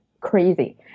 crazy